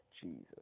Jesus